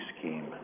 scheme